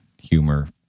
humor